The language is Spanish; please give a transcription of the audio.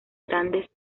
grandes